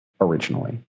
originally